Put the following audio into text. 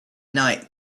night